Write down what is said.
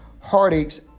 heartaches